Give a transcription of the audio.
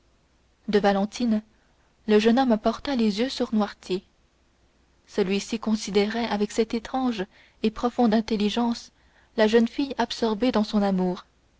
de valentine le jeune homme porta les yeux sur noirtier celui-ci considérait avec cette étrange et profonde intelligence la jeune fille absorbée dans son amour